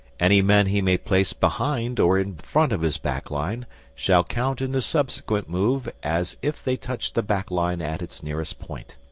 any men he may place behind or in front of his back line shall count in the subsequent move as if they touched the back line at its nearest point.